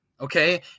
okay